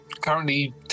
currently